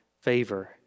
favor